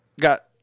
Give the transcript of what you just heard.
got